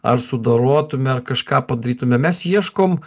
ar sudorotume ar kažką padarytume mes ieškom